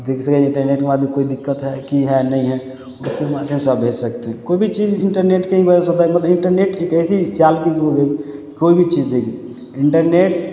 देख सकै छी इन्टरनेट के बाद भी कोइ दिक्कत हइ की हइ नइ हइ सभ भेज सकते हय कोइ भी चीज इन्टरनेट के ही बजह से होता हय मतलब इन्टरनेट एक एसी जाल हइ कोइ भी चीज देखिए इन्टरनेट